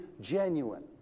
genuine